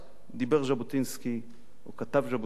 דיבר ז'בוטינסקי או כתב ז'בוטינסקי